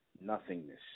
nothingness